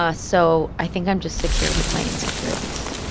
ah so i think i'm just secure with my insecurities.